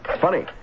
funny